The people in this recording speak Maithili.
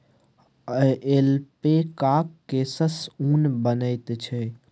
ऐल्पैकाक केससँ ऊन बनैत छै